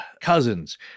cousins